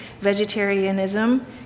vegetarianism